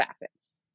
facets